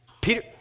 Peter